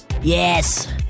Yes